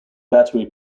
battery